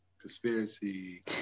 Conspiracy